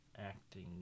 acting